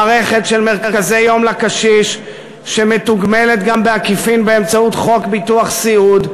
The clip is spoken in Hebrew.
מערכת של מרכזי-יום לקשיש שמתוגמלת גם בעקיפין באמצעות חוק ביטוח סיעוד,